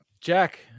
Jack